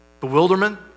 bewilderment